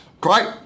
Great